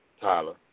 Tyler